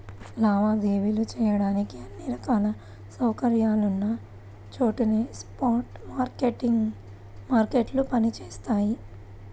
లావాదేవీలు చెయ్యడానికి అన్ని రకాల సౌకర్యాలున్న చోటనే స్పాట్ మార్కెట్లు పనిచేత్తయ్యి